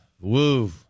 Woo